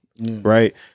Right